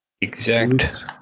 Exact